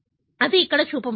అది ఇక్కడ చూపబడింది